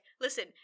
listen